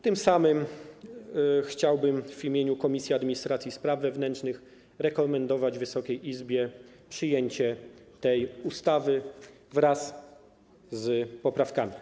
Tym samym chciałbym w imieniu Komisji Administracji i Spraw Wewnętrznych rekomendować Wysokiej Izbie przyjęcie tej ustawy wraz z poprawkami.